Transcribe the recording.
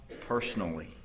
personally